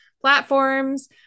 platforms